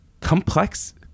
complex